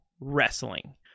wrestling